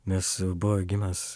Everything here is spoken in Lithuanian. nes buvo gimęs